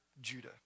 Judah